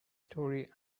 story